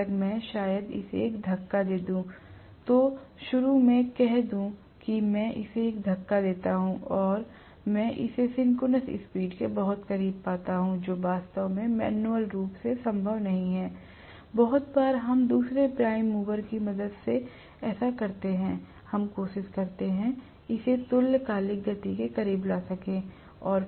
जब तक मैं शायद इसे एक धक्का दे दूं तो शुरू में कह दूं कि मैं इसे एक धक्का देता हूं और मैं इसे सिंक्रोनस स्पीड के बहुत करीब पाता हूं जो वास्तव में मैन्युअल रूप से संभव नहीं है बहुत बार हम दूसरे प्राइम मूवर की मदद से ऐसा करते हैं हम कोशिश करते हैं इसे तुल्यकालिक गति के करीब ला सके